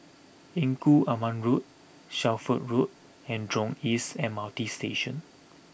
Engku Aman Road Shelford Road and Jurong East M R T Station